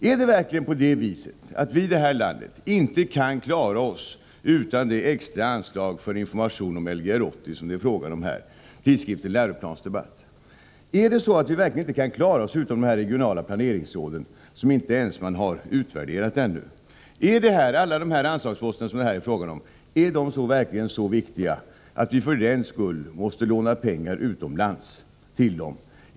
Är det verkligen så att vi i det här landet inte kan klara oss utan det extra anslag för information om Lgr 80 som det är fråga om här? Kan vi verkligen inte klara oss utan dessa regionala planeringsråd, som inte ens har utvärderats ännu? Är alla dessa anslagsposter verkligen så viktiga att vi för den skull måste låna pengar utomlands till dem?